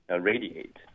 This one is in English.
radiate